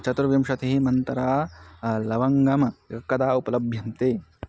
चतुर्विंशतिः मन्त्रा लवङ्गं कदा उपलभ्यन्ते